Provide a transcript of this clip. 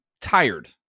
tired